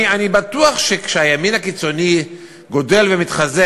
אני בטוח שכשהימין הקיצוני גדל ומתחזק,